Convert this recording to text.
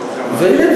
והנה,